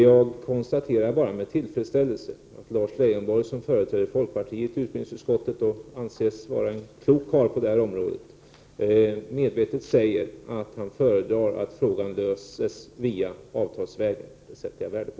Jag konstaterar bara med tillfredsställelse att Lars Leijonborg, som företräder folkpartiet i utbildningsutskottet och anses vara en klok karl på det här området, säger att han föredrar att frågan löses avtalsvägen. Det sätter jag värde på.